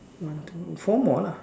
one two four more lah